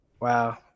Wow